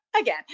again